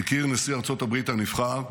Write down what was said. הכיר נשיא ארצות הברית הנבחר,